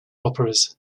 operas